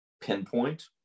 pinpoint